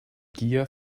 gier